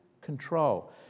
control